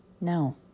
No